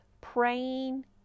praying